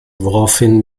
woraufhin